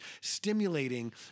stimulating